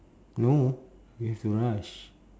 no you have to rush